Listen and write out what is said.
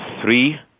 three